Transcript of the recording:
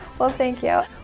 well, thank you.